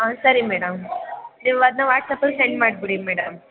ಹಾಂ ಸರಿ ಮೇಡಮ್ ನೀವು ಅದನ್ನ ವಾಟ್ಸ್ಆ್ಯಪ್ ಅಲ್ಲಿ ಸೆಂಡ್ ಮಾಡ್ಬಿಡಿ ಮೇಡಮ್